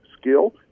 skill